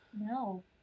No